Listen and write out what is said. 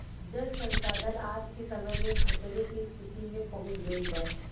जल संसाधन आज के समय में खतरे के स्तिति में पहुँच गइल बा